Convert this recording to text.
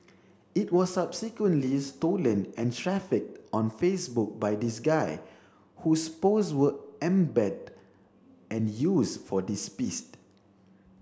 it was subsequently stolen and trafficked on Facebook by this guy whose post were embedded and used for this piece